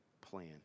plan